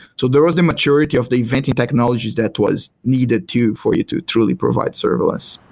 so there was the maturity of the event and technologies that was needed to for you to truly provide serverless